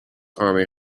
army